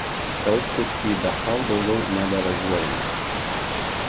skalbtis į dachau daugiau nebevažiuojame